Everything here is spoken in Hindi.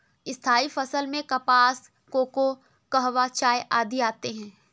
स्थायी फसल में कपास, कोको, कहवा, चाय आदि आते हैं